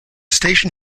station